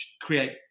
create